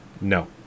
No